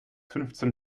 fünfzehn